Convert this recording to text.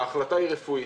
ההחלטה היא רפואית.